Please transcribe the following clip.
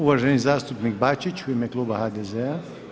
Uvaženi zastupnik Bačić u ime kluba HDZ-a.